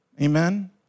Amen